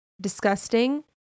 disgusting